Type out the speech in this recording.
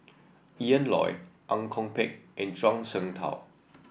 Ian Loy Ang Kok Peng and Zhuang Shengtao